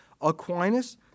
Aquinas